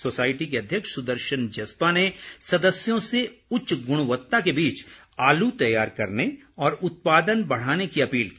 society के अध्यक्ष सुदर्शन जस्पा ने सदस्यों से उच्च गुणवत्ता के बीच आलू तैयार करने और उत्पादन बढ़ाने की अपील की